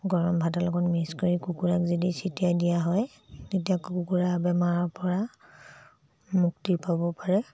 গৰম ভাতৰ লগত মিক্স কৰি কুকুৰাক যদি ছিটিয়াই দিয়া হয় তেতিয়া কুকুৰা বেমাৰৰ পৰা মুক্তি পাব পাৰে